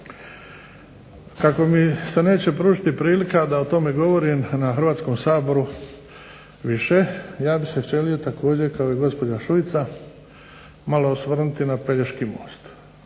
Kako mi se neće pružiti prilika da o tome govorim na Hrvatskom saboru više, ja bih se želio malo više kao i gospođa Šuica osvrnuti na Pelješki most.